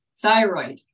thyroid